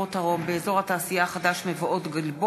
של חברת "פרוטרום" באזור התעשייה החדש מבואות-הגלבוע,